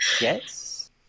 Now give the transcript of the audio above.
Yes